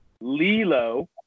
Lilo